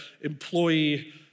employee